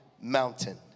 mountain